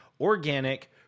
organic